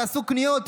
תעשו קניות,